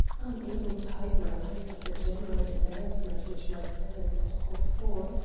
unable to hide my sense of the general embarrassment which my presence had called forth,